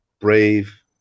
brave